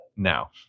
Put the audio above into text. Now